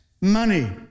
money